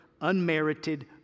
unmerited